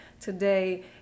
today